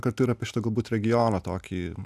kartu ir apie šitą galbūt regioną tokį